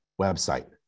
website